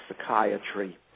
psychiatry